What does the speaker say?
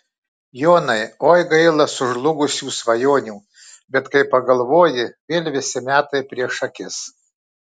jonai oi gaila sužlugusių svajonių bet kai pagalvoji vėl visi metai prieš akis